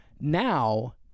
now